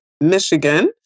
Michigan